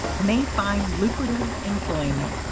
may find lucrative employment.